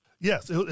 Yes